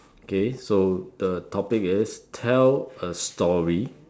okay so the topic is tell a story